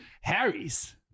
Harry's